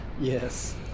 Yes